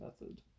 method